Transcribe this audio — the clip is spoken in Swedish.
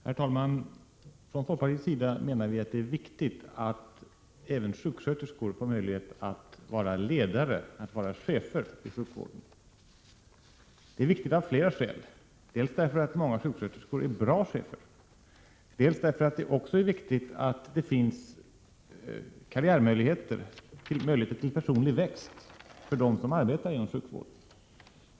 Herr talman! Vi i folkpartiet menar att det är viktigt att även sjuksköterskor får möjlighet att vara ledare, att vara chefer i sjukvården. Det är viktigt av flera skäl: dels därför att många sjuksköterskor är bra chefer, dels därför att det skall finnas karriärmöjligheter, möjligheter till personlig växt, för dem som arbetar inom sjukvården.